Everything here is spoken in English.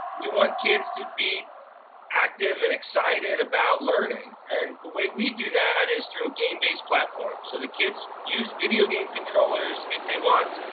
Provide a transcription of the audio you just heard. we want kids to be active and excited about learning. and the way we do that is through a game based platform. so the kids use video game controllers if they want.